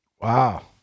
wow